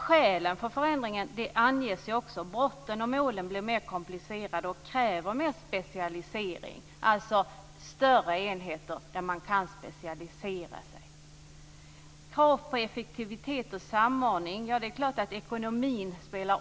Skälen för en förändring anges också. Brotten och målen blir mer komplicerade och kräver mer specialisering, alltså större enheter där man kan specialisera sig. När det gäller krav på effektivitet och samordning är det klart att ekonomin också spelar